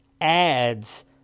adds